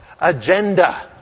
agenda